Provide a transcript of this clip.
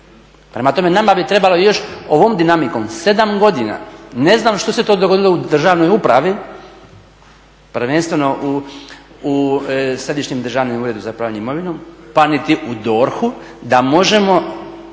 Prema tome, nama bi trebalo još, ovom dinamikom 7 godina. Ne znam što se to dogodilo u državnoj upravi prvenstveno u Središnjem državnom uredu za upravljanje imovinom, pa niti u DORH-u da možemo